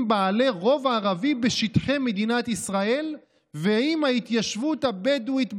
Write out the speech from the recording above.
בעלי רוב ערבי בשטחי מדינת ישראל ועם ההתיישבות הבדואית בנגב".